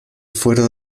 fuero